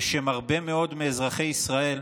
בשם הרבה מאוד מאזרחי ישראל,